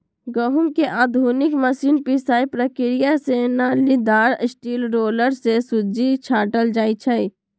गहुँम के आधुनिक मशीन पिसाइ प्रक्रिया से नालिदार स्टील रोलर से सुज्जी छाटल जाइ छइ